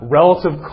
relative